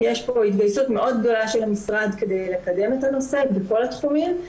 יש פה התגייסות מאוד גדולה של המשרד כדי לקדם את הנושא בכל התחומים,